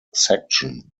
section